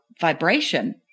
vibration